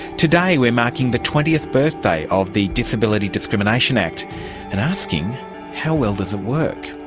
today we're marking the twentieth birthday of the disability discrimination act and asking how well does it work.